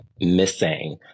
missing